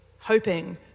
hoping